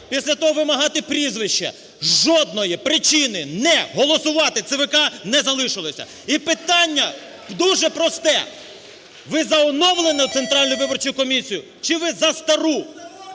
Після того вимагати прізвище. Жодної причини не голосувати ЦВК не залишилося. І питання дуже просте: ви за оновлену Центральну